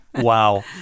Wow